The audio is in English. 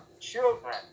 children